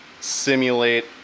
simulate